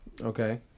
Okay